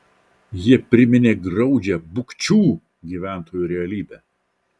jie priminė graudžią bukčių gyventojų realybę